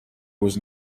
was